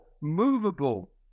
movable